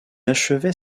achevait